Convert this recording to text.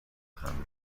همزمان